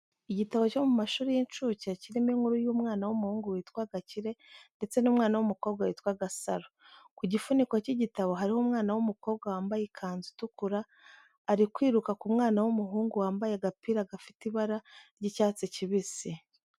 Igitabo cyo mu mashurI y'inshuke kirimo inkuru y'umwana w'umuhungu witwa Gakire ndetse n'umwana w'umukobwa witwa Gasaro. Ku gifuniko cy'igitabo hariho umwana w'umukobwa wambaye ikanzu itukura ari kwiruka ku mwana w'umuhungu wambaye agapira gafite ibara ry'icyatsi kibisi.